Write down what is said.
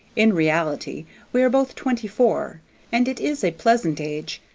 in reality we are both twenty-four, and it is a pleasant age,